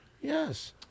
Yes